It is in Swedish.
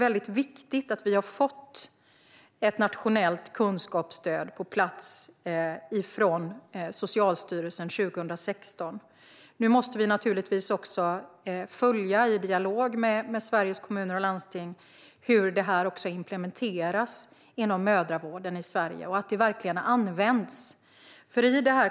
Att Socialstyrelsen fick ett nationellt kunskapsstöd på plats 2016 är viktigt. Nu måste vi också följa, i dialog med Sveriges Kommuner och Landsting, hur det implementeras inom mödravården och se till att det verkligen används.